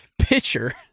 pitcher